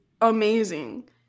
amazing